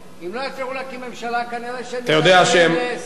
אם לא יצליחו להקים ממשלה, כנראה יהיה סיבוב נוסף.